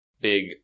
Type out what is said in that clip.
big